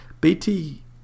BT